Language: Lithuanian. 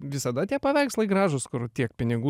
visada tie paveikslai gražūs kur tiek pinigų